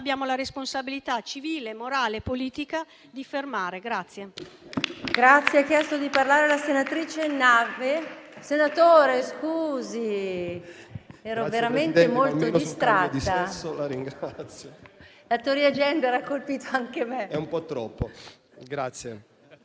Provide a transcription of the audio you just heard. abbiamo la responsabilità civile, morale e politica di fermare.